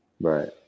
Right